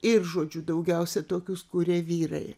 ir žodžiu daugiausia tokius kūrė vyrai